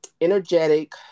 energetic